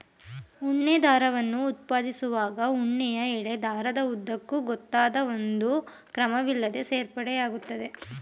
ಉಣ್ಣೆ ದಾರವನ್ನು ಉತ್ಪಾದಿಸುವಾಗ ಉಣ್ಣೆಯ ಎಳೆ ದಾರದ ಉದ್ದಕ್ಕೂ ಗೊತ್ತಾದ ಒಂದು ಕ್ರಮವಿಲ್ಲದೇ ಸೇರ್ಪಡೆ ಆಗ್ತದೆ